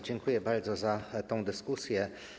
Dziękuję bardzo za tę dyskusję.